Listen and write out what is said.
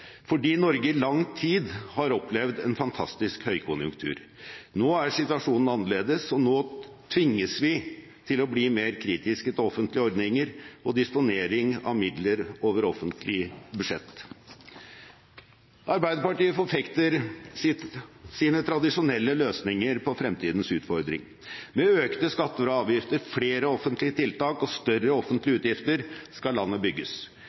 fordi Norge i lang tid har opplevd en fantastisk høykonjunktur. Nå er situasjonen annerledes, og vi tvinges til å bli mer kritiske til offentlige ordninger og disponering av midler over offentlige budsjetter. Arbeiderpartiet forfekter sine tradisjonelle løsninger på fremtidens utfordringer. Med økte skatter og avgifter, flere offentlige tiltak og større offentlige utgifter skal landet bygges.